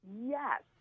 yes